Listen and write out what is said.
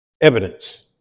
Evidence